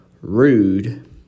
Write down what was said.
rude